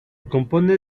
compone